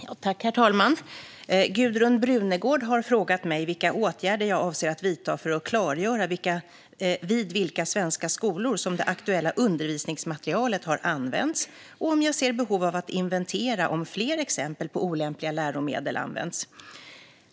Svar på interpellation Herr talman! Gudrun Brunegård har frågat mig vilka åtgärder jag avser att vidta för att klargöra vid vilka svenska skolor som det aktuella undervisningsmaterialet har använts och om jag ser behov av att inventera om fler exempel på olämpliga läromedel används.